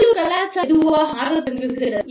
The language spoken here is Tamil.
உள்ளூர் கலாச்சாரம் மெதுவாக மாறத் தொடங்குகிறது